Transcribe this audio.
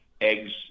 eggs